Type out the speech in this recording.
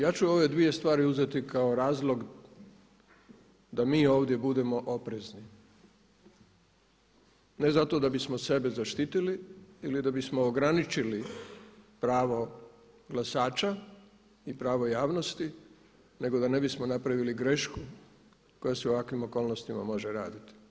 Ja ću ove dvije stvari uzeti kao razlog da mi ovdje budemo oprezni, ne zato da bismo sebe zaštitili ili da bismo ograničili pravo glasača i pravo javnosti, nego da ne bismo napravili grešku koja se u ovakvim okolnostima može raditi.